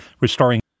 restoring